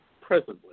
presently